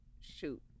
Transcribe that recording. shoot